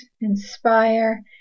inspire